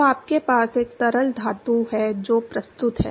तो आपके पास एक तरल धातु है जो प्रस्तुत है